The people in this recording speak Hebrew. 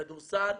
כדורסל,